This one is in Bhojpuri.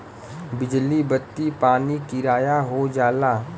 बिजली बत्ती पानी किराया हो जाला